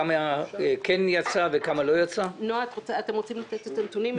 נועה, את רוצה לתת את הנתונים?